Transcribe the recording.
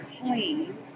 clean